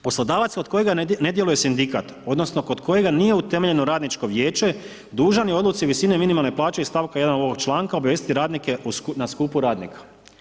Poslodavac od kojega ne djeluje sindikat odnosno kod kojega nije utemeljeno radničko vijeće dužan je odluci visine minimalne plaće iz stavka 1. ovoga članka obavijestiti radnike na skupu radnika.